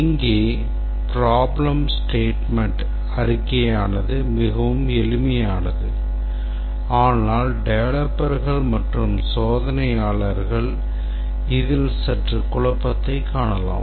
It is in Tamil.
இங்கே problem அறிக்கை மிகவும் எளிமையானது ஆனால் டெவலப்பர்கள் மற்றும் சோதனையாளர்கள் இதில் சற்று குழப்பத்தை காணலாம்